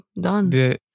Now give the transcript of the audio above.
done